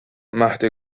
مهد